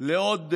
לעוד חודש.